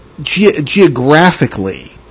geographically